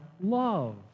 love